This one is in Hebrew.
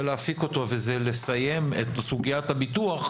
להפיק אותו והוא לסיים את סוגיית הביטוח,